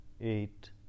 eight